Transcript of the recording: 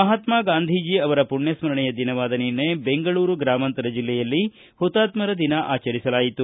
ಮಹಾತ್ಮ ಗಾಂಧಿ ಮಣ್ಯಸ್ಕರಣೆಯ ದಿನವಾದ ನಿನ್ನೆ ಬೆಂಗಳೂರು ಗ್ರಾಮಾಂತರ ಜಿಲ್ಲೆಯಲ್ಲಿ ಹುತಾತ್ಮರ ದಿನ ಆಚರಿಸಲಾಯಿತು